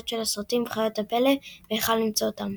של הסרטים – חיות הפלא והיכן למצוא אותן.